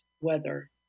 weather